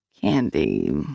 candy